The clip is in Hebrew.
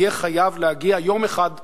יהיה חייב להגיע יום אחד לסיומו,